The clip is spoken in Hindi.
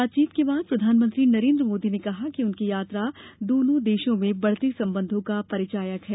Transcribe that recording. बातचीत के बाद प्रधानमंत्री नरेन्द्र मोदी ने कहा कि उनकी यात्रा दोनो देशों में बढ़ते संबंधों का परिचायक है